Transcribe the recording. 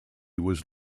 was